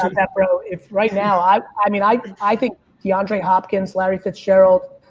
ah that bro. if right now, i i mean, i i think the andre hopkins, larry fitzgerald,